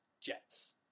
Jets